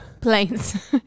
Planes